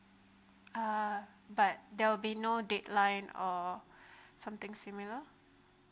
uh but there will be no dateline or something similar